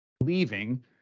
leaving